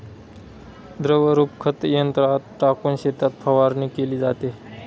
द्रवरूप खत यंत्रात टाकून शेतात फवारणी केली जाते